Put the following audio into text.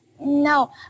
No